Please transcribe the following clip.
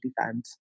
fans